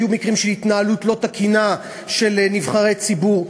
היו מקרים של התנהלות לא תקינה של נבחרי ציבור,